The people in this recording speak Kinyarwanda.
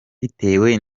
bitewe